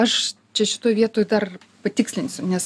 aš čia šitoj vietoj dar patikslinsiu nes